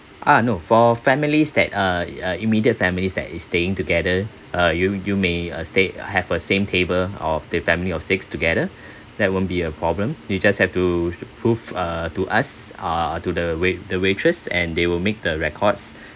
ah no for families that uh uh immediate families that is staying together uh you you may uh stay have a same table of the family of six together that won't be a problem you just have to prove uh to us uh to the wai~ the waitress and they will make the records